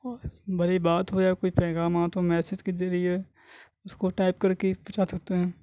بری بات ہو یا کوئی پیغامات ہوں میسیج کے ذریعے اس کو ٹائپ کر کے پہنچا سکتے ہیں